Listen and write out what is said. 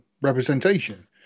representation